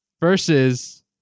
versus